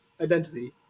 identity